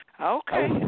Okay